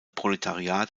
proletariat